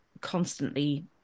constantly